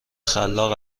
خلاق